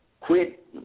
quit